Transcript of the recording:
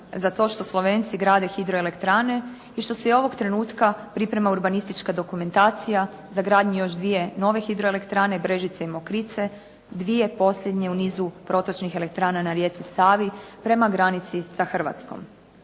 za to što Slovenci grade hidroelektrane i što se i ovog trenutka priprema urbanistička dokumentacija za gradnju još dvije nove hidroelektrane Brežice i Mokrice, dvije posljednje u nizu protočnih elektrana na rijeci Savi prema granici sa Hrvatskom.